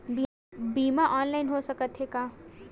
बीमा ऑनलाइन हो सकत हे का?